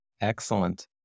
Excellent